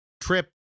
Trip